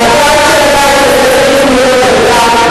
גם אני לא צריך להיות חבר כנסת.